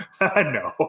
No